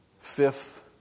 fifth